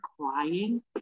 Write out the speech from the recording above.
crying